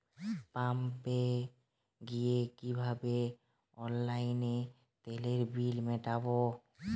পাম্পে গিয়ে কিভাবে অনলাইনে তেলের বিল মিটাব?